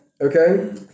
Okay